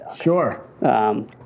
Sure